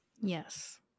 Yes